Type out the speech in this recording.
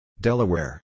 Delaware